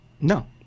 No